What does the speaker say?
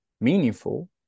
meaningful